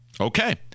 Okay